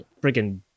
freaking